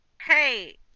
Hey